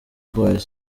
boys